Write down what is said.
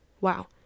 Wow